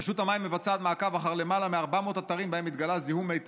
רשות המים מבצעת מעקב אחר למעלה מ-400 אתרים שבהם התגלה זיהום מי תהום.